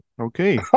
Okay